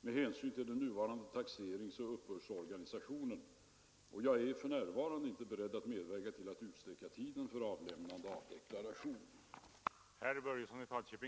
med hänsyn till den nuvarande taxeringsoch uppbördsorganisationen. Jag är för närvarande inte beredd att medverka till att utsträcka tiden för avlämnande av deklaration.